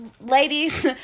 ladies